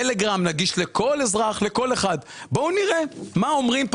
טלגרם נגיש לכל אזרח לכל אחד ובואו נראה מה אומרים כאן.